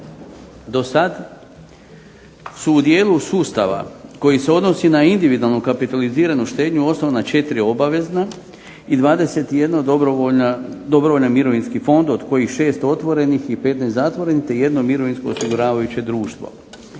Do sad su u dijelu sustava koji se odnosi na individualnu kapitaliziranu štednju osnovna četiri obavezna i 21 dobrovoljan mirovinski fond od kojih šest otvorenih i 15 zatvorenih, te jedno mirovinsko osiguravajuće društvo.